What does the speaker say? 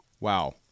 Wow